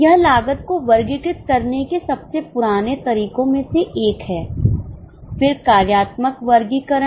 यह लागत को वर्गीकृत करने के सबसे पुराने तरीकों में से एक हैं फिर कार्यात्मक वर्गीकरण आया